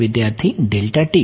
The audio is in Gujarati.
વિદ્યાર્થી ડેલ્ટા t